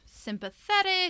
sympathetic